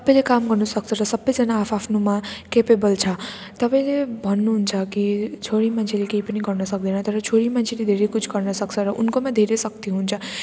सबैले काम गर्नुसक्छ र सबैजना आफ्आफ्नोमा क्यापेबल छ तपाईँले भन्नुहुन्छ कि छोरी मान्छेले केही पनि गर्नसक्दैन तर छोरी मान्छेले धेरै कुछ गर्नसक्छ र उनकोमा धेरै शक्ति हुन्छ